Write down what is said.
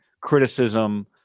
criticism –